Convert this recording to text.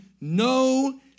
no